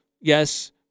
yes